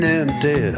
empty